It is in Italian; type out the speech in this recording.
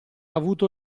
avuto